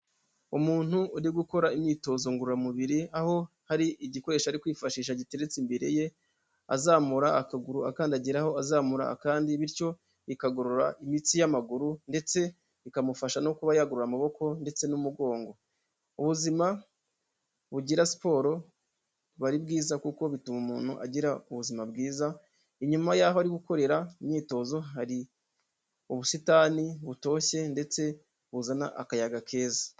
Umuntu uri gukora imyitozo ngororamubiri, aho hari igikoresho ari kwifashisha giteretse imbere ye, azamura akaguru akandagiraho, azamura akandi, bityo ikagorora imitsi y'amaguru, ndetse ikamufasha no kuba yagorora amaboko ndetse n'umugongo. Ubuzima bugira siporo buba ari bwiza, kuko bituma umuntu agira ubuzima bwiza. Inyuma yaho ari gukorera imyitozo hari ubusitani butoshye, ndetse buzana akayaga keza.